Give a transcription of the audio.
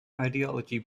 ideology